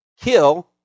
kill